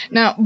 Now